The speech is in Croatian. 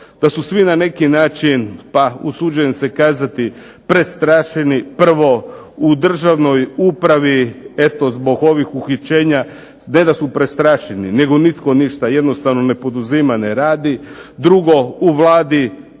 da su svi na neki način pa usuđujem se kazati prestrašeni. Prvo u državnoj upravi zbog ovih uhićenja ne da su prestrašeni nego nitko ništa jednostavno ne poduzima, ne radi. Drugo u Vladi